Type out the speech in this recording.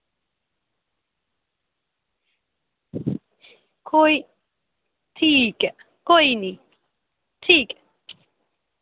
कोई ठीक ऐ कोई निं ठीक ऐ